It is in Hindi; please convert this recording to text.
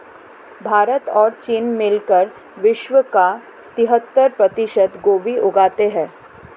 भारत और चीन मिलकर विश्व का तिहत्तर प्रतिशत गोभी उगाते हैं